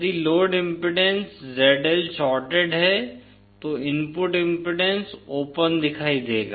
यदि load impedance ZL shorted है तो इनपुट इम्पीडेन्स ओपन दिखाई देगा